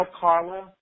Carla